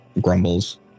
grumbles